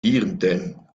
dierentuin